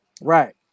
Right